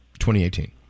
2018